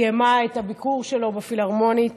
היא תיאמה את הביקור שלו בפילהרמונית,